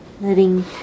Letting